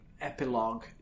epilogue